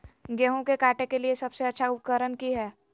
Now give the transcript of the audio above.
गेहूं के काटे के लिए सबसे अच्छा उकरन की है?